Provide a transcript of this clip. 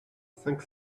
cinq